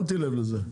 שמתי לב לזה.